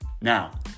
Now